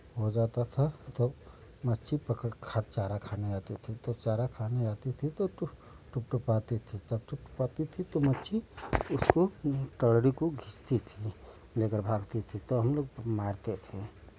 हो जाता था तब मच्छी पकड़ खा चारा खाने आती थी तो चारा खाने आती थी थी थी तो मच्छी उसको को खींचती थी लेकर भागती थी तो हम लोग मारते थे